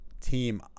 team